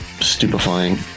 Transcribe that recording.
stupefying